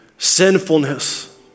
sinfulness